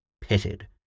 pitted